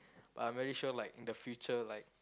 I'm very sure like the future like